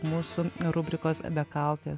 mūsų rubrikos be kaukių